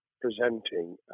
presenting